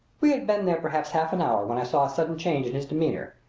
we had been there perhaps half an hour when i saw a sudden change in his demeanor,